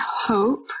hope